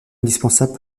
indispensable